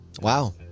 Wow